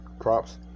props